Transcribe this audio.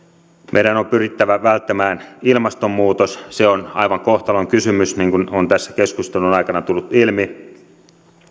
meidän on pyrittävä välttämään ilmastonmuutos se on aivan kohtalonkysymys niin kuin on tässä keskustelun aikana tullut ilmi